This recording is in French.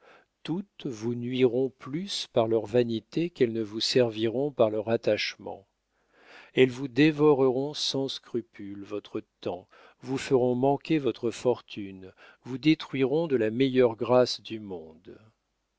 toutes vous nuiront plus par leur vanité qu'elles ne vous serviront par leur attachement elles vous dévoreront sans scrupule votre temps vous feront manquer votre fortune vous détruiront de la meilleure grâce du monde